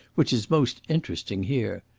which is most interesting here.